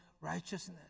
righteousness